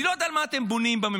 אני לא יודע על מה אתם בונים בממשלה,